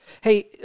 Hey